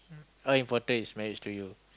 how important is marriage to you